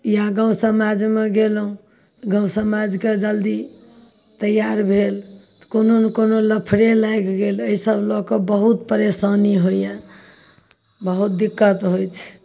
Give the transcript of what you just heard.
इएह गाम समाजमे गेलहुँ गाम समाजके जल्दी तैआर भेल तऽ कोनो नहि कोनो लफड़े लागि गेल एहिसब लऽ कऽ बहुत परेशानी होइए बहुत दिक्कत होइ छै